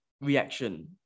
reaction